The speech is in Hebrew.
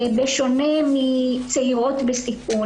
בשונה מצעירות בסיכון.